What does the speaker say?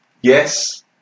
Yes